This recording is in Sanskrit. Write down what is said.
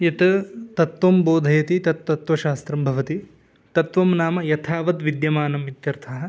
यत् तत्वं बोधयति तत् तत्वशास्त्रं भवति तत्व नाम यथावद् विद्यमानमित्यर्थः